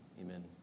Amen